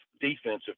defensive